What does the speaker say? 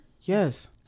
yes